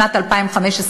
שנת 2015,